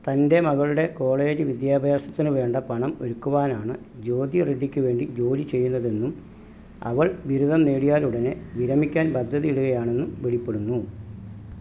തന്റെ മകളുടെ കോളേജ് വിദ്യാഭ്യാസത്തിന് വേണ്ട പണം ഒരുക്കുവാനാണ് ജ്യോതി റെഡ്ഡിക്ക് വേണ്ടി ജോലി ചെയ്യുന്നതെന്നും അവൾ ബിരുദം നേടിയാൽ ഉടനെ വിരമിക്കാൻ പദ്ധതിയിടുകയാണെന്നും വെളിപ്പെടുന്നു